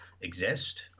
exist